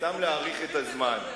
סתם להאריך את הזמן.